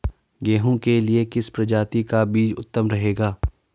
गेहूँ के लिए किस प्रजाति का बीज उत्तम रहेगा?